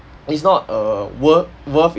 it's not uh work worth